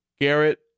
Garrett